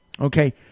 okay